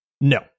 No